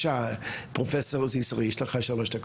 בבקשה, פרופ' זיסר, יש לך שלוש דקות.